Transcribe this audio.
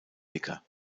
dicker